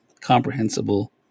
comprehensible